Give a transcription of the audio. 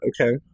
okay